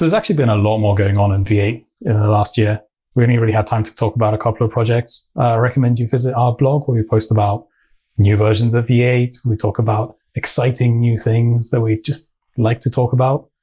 actually been a lot more going on in v eight in the last year. we only really had time to talk about a couple of projects. i recommend you visit our blog, where we post about new versions of v eight, and we talk about exciting new things that we'd just like to talk about.